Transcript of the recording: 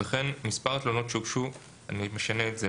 וכן מספר התלונות שהוגשו -- אני משנה את זה.